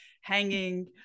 hanging